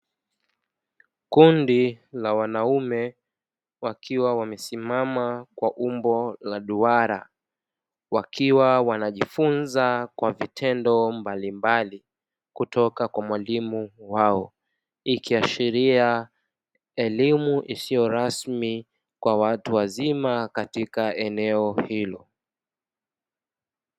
Kundi la wanaume wakiwa wamesimama kwa umbo la duara wakiwa wanajifunza kwa vitendo mbalimbali kutoka kwa mwalimu wao. ikiashiria elimu isiyo rasmi kwa watu wazima katika eneo hilo.